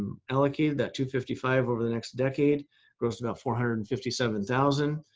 lucky that to fifty five over the next decade grossed about four hundred and fifty seven thousand.